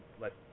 let